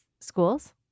schools